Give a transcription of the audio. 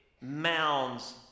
mounds